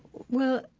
well,